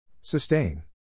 Sustain